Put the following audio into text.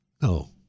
No